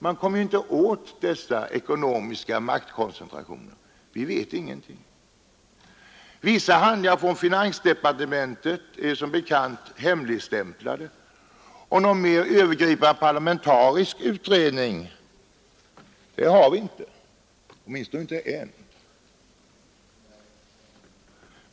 Man kommer inte åt dessa ekonomiska maktkoncentrationer. Vi vet mycket litet. Vissa handlingar från finansdepartementet är som bekant hemligstämplade, och någon mer övergripande parlamentarisk utredning har vi inte — åtminstone inte än.